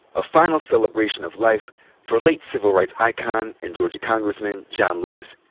a final celebration of life for late civil rights icon and georgia congressman, john lewis.